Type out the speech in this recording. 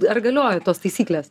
ar galioja tos taisyklės